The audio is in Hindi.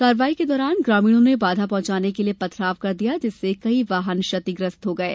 कार्यवाही के दौरान ग्रामीणों ने बाधा पहुंचाने के लिये पथराव कर दिया जिससे कई वाहन क्षतिग्रस्त हो गये